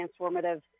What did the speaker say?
transformative